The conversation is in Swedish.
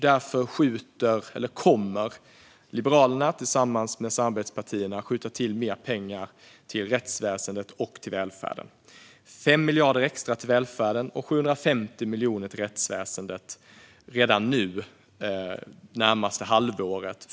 Därför kommer Liberalerna tillsammans med samarbetspartierna att skjuta till mer pengar till rättsväsendet och till välfärden - 5 miljarder extra till välfärden och 750 miljoner till rättsväsendet redan det närmaste halvåret.